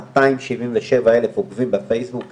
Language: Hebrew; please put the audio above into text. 277,000 עוקבים בפייסבוק,